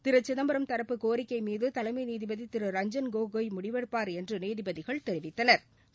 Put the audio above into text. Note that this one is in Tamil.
திரு சிதம்பரம் தரப்பு கோரிக்கை மீது தலைமை நீதிபதி திரு ரஞ்ஜன் கோகோய் முடிவெடுப்பாா் என்று நீதிபதிகள் தெரிவித்தனா்